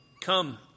come